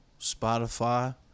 Spotify